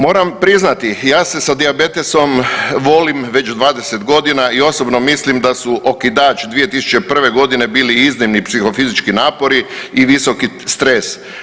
Moram priznati ja se sa dijabetesom volim već 20 godina i osobno mislim da su okidač 2001. godine bili iznimni psihofizički napori i visoki stres.